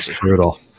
brutal